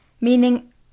meaning